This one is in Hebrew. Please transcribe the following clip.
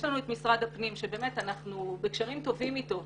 לנו את משרד הפנים שבאמת אנחנו בקשרים טובים אתו.